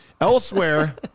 Elsewhere